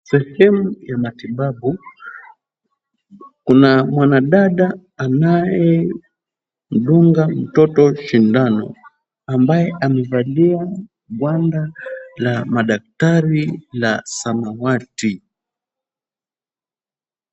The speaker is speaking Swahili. Sehemu ya matibabu, kuna mwanadada anayedunga mtoto sindano, ambaye amevalia ngwanda la madaktari la samawati.